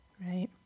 Right